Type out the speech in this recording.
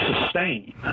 sustain